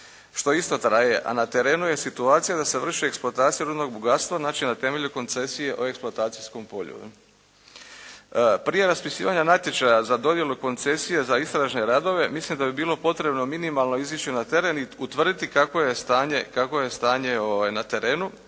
što isto traje, a na terenu je situacija da se vrši eksploatacija rudnog bogatstva znači na temelju koncesije o eksploatacijskom polju, jel. Prije raspisivanja natječaja za dodjelu koncesije za istražne radove, mislim da bi bilo potrebno minimalno izići na teren i utvrditi kakvo je stanje na terenu,